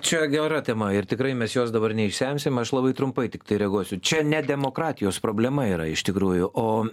čia gera tema ir tikrai mes jos dabar neišsemsim aš labai trumpai tiktai reaguosiu čia ne demokratijos problema yra iš tikrųjų o